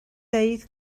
dweud